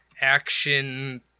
action